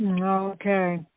Okay